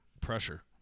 pressure